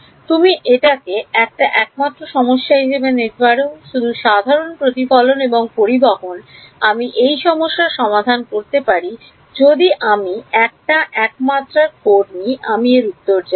তুমি এটাকে একটা একমাত্র সমস্যা হিসেবে নিতে পারো শুধু সাধারণ প্রতিফলন এবং পরিবহন আমি এই সমস্যার সমাধান করতে পারি যদি আমি একটা এক মাত্রার নি আমি এর উত্তর জানি